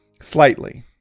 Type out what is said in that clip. Slightly